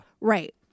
Right